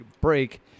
break